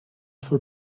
for